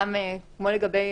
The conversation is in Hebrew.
כמו לגבי